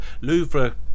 Louvre